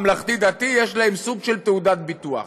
הממלכתי-דתי יש להם סוג של תעודת ביטוח.